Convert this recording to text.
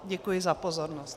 Děkuji za pozornost.